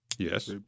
Yes